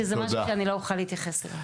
שזה משהו שאני לא אוכל להתייחס אליו.